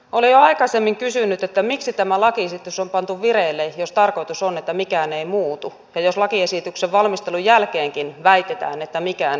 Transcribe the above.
olen jo aikaisemmin kysynyt että miksi tämä lakiesitys on pantu vireille jos tarkoitus on että mikään ei muutu ja jos lakiesityksen valmistelun jälkeenkin väitetään että mikään ei muutu